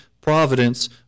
providence